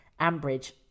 Ambridge